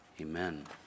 Amen